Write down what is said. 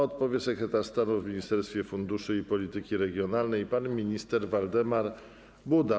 Odpowie na nie sekretarz stanu w Ministerstwie Funduszy i Polityki Regionalnej pan minister Waldemar Buda.